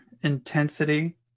intensity